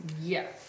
Yes